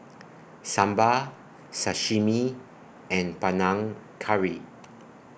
Sambar Sashimi and Panang Curry